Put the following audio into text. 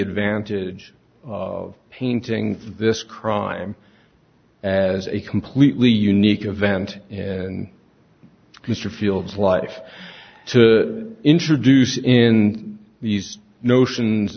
advantage of painting this crime as a completely unique event and mr fields like to introduce in these notions